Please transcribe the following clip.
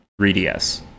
3DS